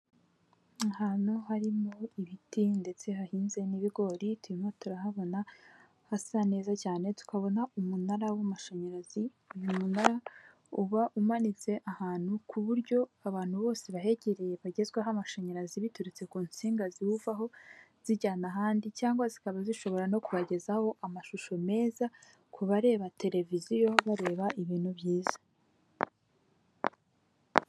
Ahantu harimo ibiti ndetse hahinze n'ibigori turimo turahabona hasa neza cyane tukabona umunara w'amashanyarazi, umunara uba umanitse ahantu ku buryo abantu bose bahegereye bagezwaho amashanyarazi biturutse ku nsinga ziwuvaho zijyana ahandi cyangwa zikaba zishobora no kuhagezaho amashusho meza ku bareba televiziyo bareba ibintu byiza.